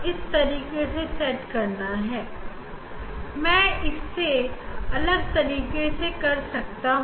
इस तरीके से आपको इसे यहां पर सेट करना है